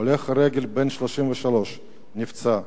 הולך רגל בן 33 נפצע קשה,